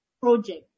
project